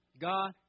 God